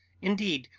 indeed,